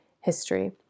history